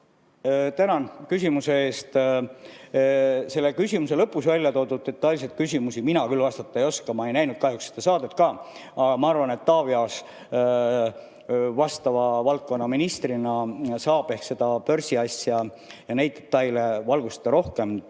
Tänan küsimuse eest! Selle küsimuse lõpus välja toodud detailsetele küsimustele mina küll vastata ei oska, ma ei näinud kahjuks ka seda saadet. Aga ma arvan, et Taavi Aas vastava valdkonna ministrina saab ehk seda börsiasja ja neid detaile rohkem